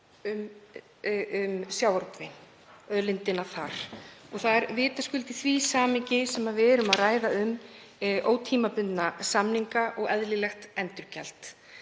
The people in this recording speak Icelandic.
um sjávarútveginn, auðlindina þar. Það er vitaskuld í því samhengi sem við erum að ræða um ótímabundna samninga og eðlilegt endurgjald.